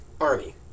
army